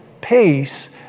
peace